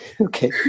okay